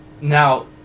Now